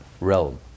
realm